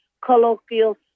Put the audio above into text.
colloquial